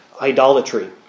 idolatry